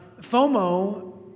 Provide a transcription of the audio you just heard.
FOMO